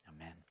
Amen